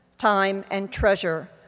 time, and treasure,